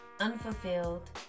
unfulfilled